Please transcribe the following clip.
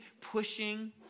pushing